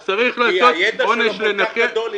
אז צריך לתת עונש לנכה?